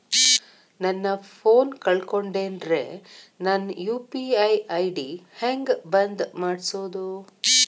ನನ್ನ ಫೋನ್ ಕಳಕೊಂಡೆನ್ರೇ ನನ್ ಯು.ಪಿ.ಐ ಐ.ಡಿ ಹೆಂಗ್ ಬಂದ್ ಮಾಡ್ಸೋದು?